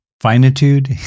finitude